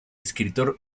escritor